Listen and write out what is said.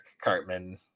cartman